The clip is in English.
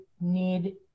need